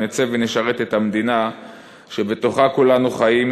נצא ונשרת את המדינה שבתוכה כולנו חיים,